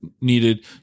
needed